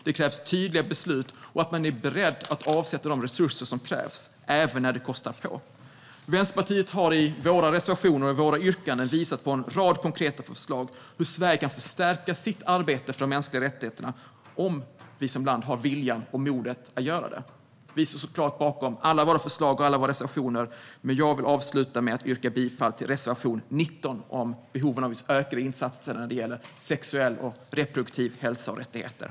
Det krävs tydliga beslut och att man är beredd att avsätta de resurser som är nödvändiga, även när det kostar på. Vi i Vänsterpartiet har i våra reservationer och yrkanden visat på en rad konkreta förslag till hur Sverige kan förstärka sitt arbete för de mänskliga rättigheterna, om vi som land har viljan och modet att göra det. Vi står såklart bakom alla våra förslag och reservationer, men jag vill avsluta med att yrka bifall till reservation 19 om behoven av ökade insatser när det gäller sexuell och reproduktiv hälsa och motsvarande rättigheter.